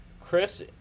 Chris